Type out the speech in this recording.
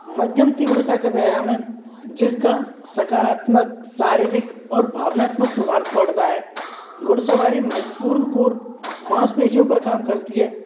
मध्यम तीव्रता का व्यायाम है जिसका सकारात्मक शारीरिक और भावनात्मक प्रभाव पड़ता है घुड़सवारी महत्वपूर्ण कुर मांसपेशियों पर काम करती है